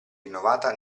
rinnovata